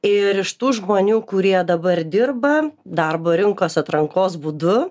ir iš tų žmonių kurie dabar dirba darbo rinkos atrankos būdu